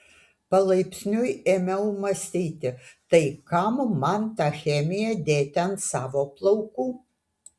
palaipsniui ėmiau mąstyti tai kam man tą chemiją dėti ant savų plaukų